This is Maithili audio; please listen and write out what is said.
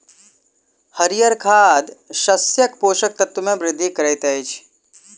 हरीयर खाद शस्यक पोषक तत्व मे वृद्धि करैत अछि